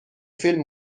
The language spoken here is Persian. فیلم